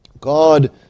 God